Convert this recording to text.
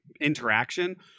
interaction